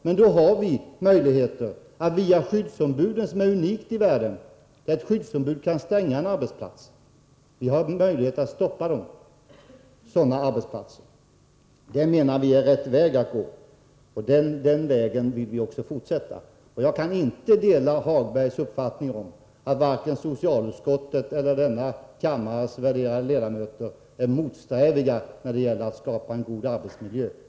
Men då har vi möjligheter — vilket är unikt i världen — att via skyddsombuden stänga arbetsplatsen. Vi kan alltså stoppa verksamheten vid sådana arbetsplatser. Det menar vi är rätt väg att gå, och den vägen vill vi också fortsätta på. Jag kan inte dela Hagbergs uppfattning att socialutskottet eller denna kammares värderade ledamöter är motsträviga när det gäller att skapa en god arbetsmiljö.